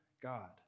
God